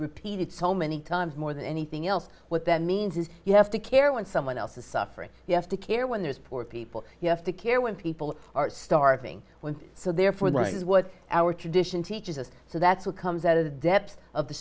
repeated so many times more than anything else what that means is you have to care when someone else is suffering you have to care when there's poor people you have to care when people are starving when so therefore that is what our tradition teaches us so that's what comes out of the depths of the